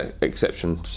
exception